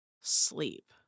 sleep